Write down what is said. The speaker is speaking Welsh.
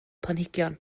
planhigion